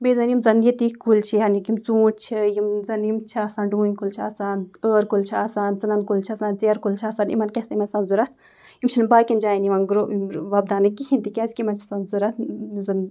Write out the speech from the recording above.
بیٚیہِ زَن یِم ییٚتِکۍ کُلۍ چھِ یعنی کہِ یِم ژوٗنٹھۍ چھِ یِم زَنہٕ یِم چھِ آسان ڈوٗنۍ کُلۍ چھِ آسان ٲر کُلۍ چھِ آسان ژٕنَن کُلۍ چھِ آسان یا ژیرٕ کُلۍ چھِ آسان یِمَن کیٛاہ چھِ یِمَن چھِ آسان ضوٚرَتھ یِم چھِنہٕ باقِیَن جایَن یِوان گرٛو وۄپداونہٕ کِہیٖنۍ تہِ کیٛازِکہِ یِمَن چھِ آسان ضوٚرَتھ